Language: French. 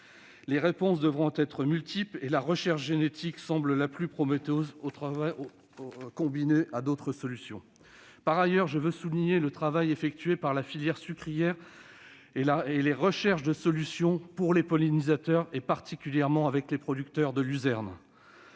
Les réponses devront être multiples ; la recherche génétique semble la plus prometteuse, et elle devra être combinée à d'autres solutions. Par ailleurs, je souligne le travail accompli par la filière sucrière, afin de rechercher des solutions pour les pollinisateurs, particulièrement avec les producteurs de luzerne.